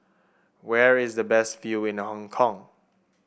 where is the best view in the Hong Kong